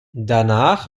danach